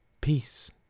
peace